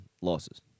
losses